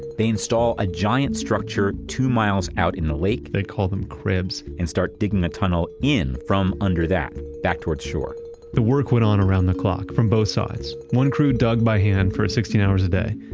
they install a giant structure two miles out in the lake they called them cribs and started digging a tunnel in from under that, back towards shore the work went on around the clock from both sides. one crew dug by hand for sixteen hours a day.